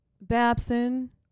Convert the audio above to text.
babson